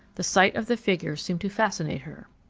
the sight of the figures seemed to fascinate her.